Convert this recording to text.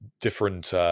different